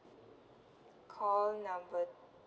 call number